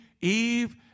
Eve